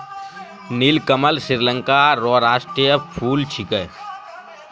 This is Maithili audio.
नीलकमल श्रीलंका रो राष्ट्रीय फूल छिकै